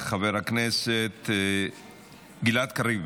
חבר הכנסת גלעד קריב,